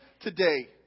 today